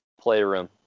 playroom